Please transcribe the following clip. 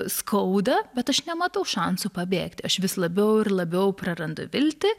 skauda bet aš nematau šansų pabėgti aš vis labiau ir labiau prarandu viltį